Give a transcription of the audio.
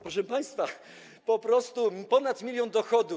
Proszę państwa, po prostu ponad 1 mln dochodu.